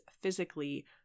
physically